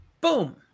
Boom